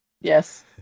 Yes